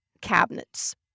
cabinets